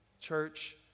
church